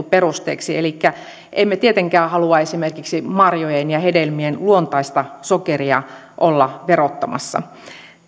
perusteeksi elikkä emme tietenkään halua esimerkiksi marjojen ja hedelmien luontaista sokeria olla verottamassa